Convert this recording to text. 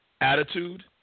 attitude